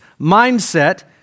mindset